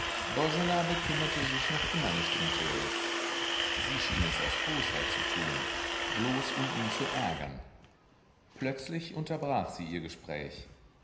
bekümmerte sich noch immer nicht um törleß sie schien es aus bosheit zu tun bloß um ihn zu ärgern plötzlich unterbrach sie ihr gespräch